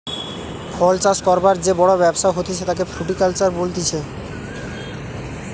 ফল চাষ করবার যে বড় ব্যবসা হতিছে তাকে ফ্রুটিকালচার বলতিছে